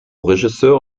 regisseur